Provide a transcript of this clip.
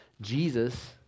Jesus